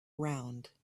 round